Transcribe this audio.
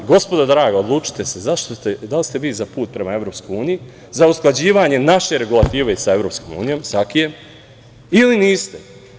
Gospodo draga, odlučite se, da li ste za put prema EU, za usklađivanje naše regulative sa EU, sa AKI-jem ili niste?